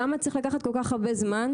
למה צריך לקחת כל כך הרבה זמן,